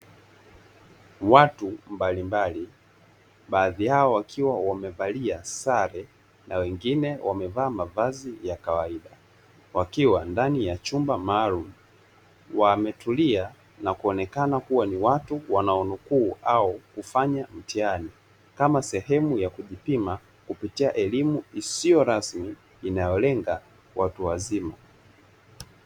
Watu mbalimbali, baadhi yao wakiwa wamevalia sare na wengine wamevaa mavazi ya kawaida wakiwa ndani ya chumba maalumu, wametulia na kuonekana kuwa ni watu wanaonukuu au kufanya mtihani, kama sehemu ya kujipima kupitia elimu isiyo rasmi, inayolenga watu wazima.